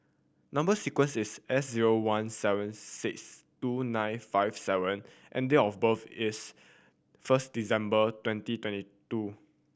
number sequence is S zero one seven six two nine five seven and date of birth is first December twenty twenty two